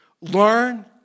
Learn